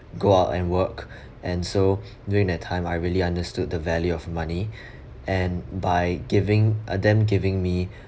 go out and work and so during that time I really understood the value of money and by giving uh them giving me